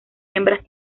hembras